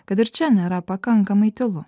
kad ir čia nėra pakankamai tylu